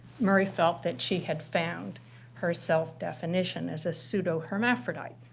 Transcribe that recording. murray felt that she had found her self-definition as a pseudohermaphrodite.